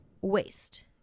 waste